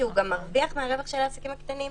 שהוא גם מרוויח מהרווח של העסקים הקטנים,